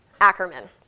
Ackerman